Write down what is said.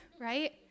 right